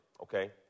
okay